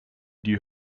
die